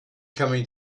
coming